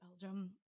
Belgium